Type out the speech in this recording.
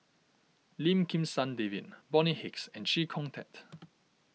Lim Kim San David Bonny Hicks and Chee Kong Tet